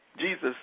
Jesus